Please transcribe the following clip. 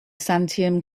santiam